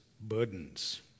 burdens